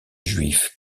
juif